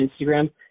instagram